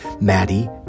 Maddie